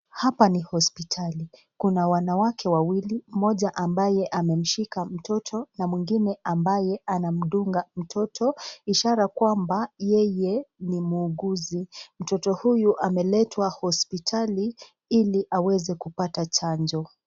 Hapa ni hospitali. Kuna wanawake wawili, mmoja ambaye amemshika mtoto na mwingine ambaye anamdunga mtoto, ishara kwamba yeye ni muuguzi. Mtoto huyu ameletwa hospitali ili aweze kupata chanjo.